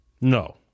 No